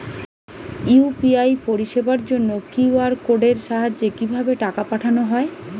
UPI পরিষেবার জন্য QR কোডের সাহায্যে কিভাবে টাকা পাঠানো হয়?